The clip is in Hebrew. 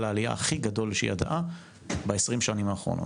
העלייה הכי גדול שידעה ב-20 השנים האחרונות.